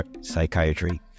psychiatry